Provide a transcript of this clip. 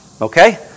Okay